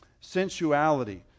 sensuality